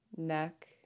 Neck